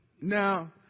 Now